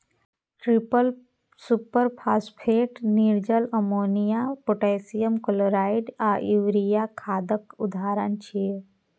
triple superphosphate, निर्जल अमोनियो, potassium chloride आ यूरिया खादक उदाहरण छियै